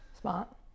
Smart